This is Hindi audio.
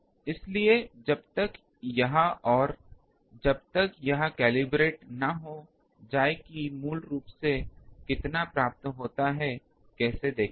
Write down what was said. इसलिए जब तक यह और जब तक यह कैलिब्रेट न हो जाए कि यह मूल रूप से कितना प्राप्त होता है कैसे देखेंगे